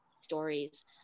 stories